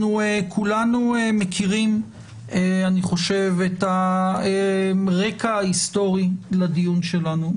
אנחנו כולנו מכירים אני חושב את הרקע ההיסטורי לדיון שלנו.